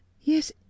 yes